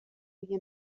روی